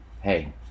hey